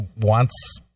wants